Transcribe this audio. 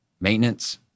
maintenance